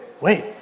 wait